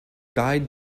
guide